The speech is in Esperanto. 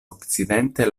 okcidente